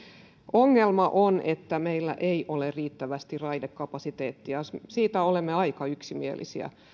ongelma on että meillä ei ole riittävästi raidekapasiteettia siitä olemme aika yksimielisiä